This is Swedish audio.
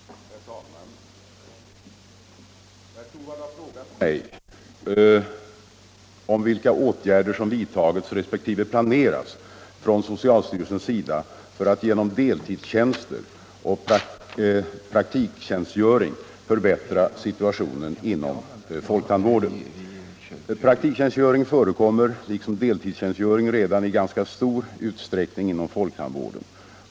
Herr talman! Herr Torwald har frågat mig om vilka åtgärder som vidtagits resp. planeras från socialstyrelsens sida för att genom deltidstjänster och praktiktjänstgöring förbättra situationen inom folktandvården. Praktiktjänstgöring förekommer liksom deltidstjänstgöring redan i ganska stor utsträckning inom folktandvården.